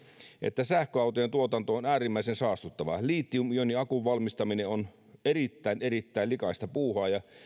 että sähköautojen tuotanto on äärimmäisen saastuttavaa litiumioniakun valmistaminen on erittäin erittäin likaista puuhaa ja